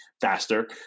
faster